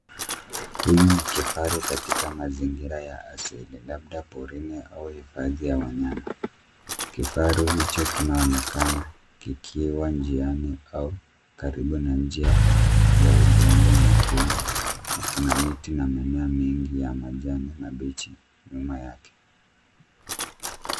Huyu ni kifaru katika mazingira ya asili labda porini au hifadhi ya wanyama. Kifaru hicho kinaonekana kikiwa njiani au karibu na njia ya udongo mwekundu na kuna miti na mimea mingi ya majani mabichi nyuma yake.